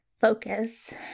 Focus